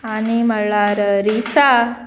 आनी म्हणल्यार रिसा